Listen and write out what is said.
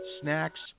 snacks